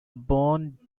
born